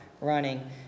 running